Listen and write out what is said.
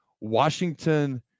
Washington